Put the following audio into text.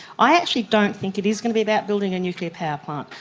i actually don't think it is going to be about building a nuclear power plant,